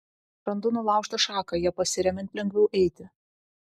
randu nulaužtą šaką ja pasiremiant lengviau eiti